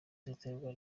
ziterwa